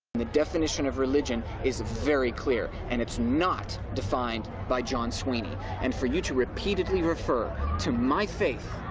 the definition of religion is very clear and it's not defined by john sweeney and for you to repeatedly refer to my faith,